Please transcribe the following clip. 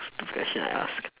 stupid question I asked